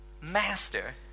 master